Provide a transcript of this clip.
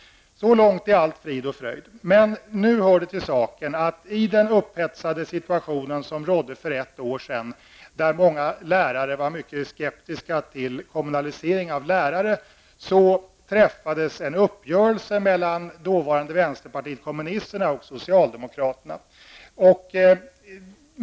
Så långt är allt frid och fröjd. Det hör dock till saken att i den upphetsade situationen för ett år sedan då många lärare var mycket skeptiska till kommunaliseringen av lärarna, träffades en uppgörelse mellan dåvarande vänsterpartiet kommunisterna och socialdemokraterna.